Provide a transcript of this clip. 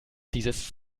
dieses